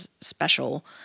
special